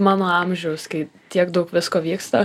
mano amžiaus kai tiek daug visko vyksta